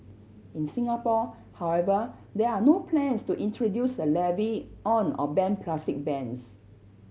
in Singapore however there are no plans to introduce a levy on or ban plastic bags